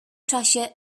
czasie